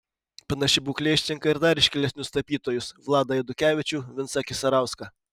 panaši būklė ištinka ir dar iškilesnius tapytojus vladą eidukevičių vincą kisarauską